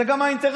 זה גם האינטרס